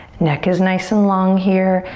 neck is nice and long here.